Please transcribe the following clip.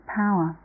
power